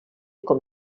com